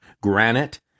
granite